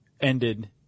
ended